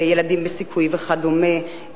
"ילדים בסיכוי" וכדומה,